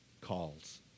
calls